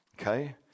okay